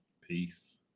Peace